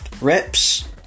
reps